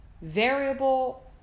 variable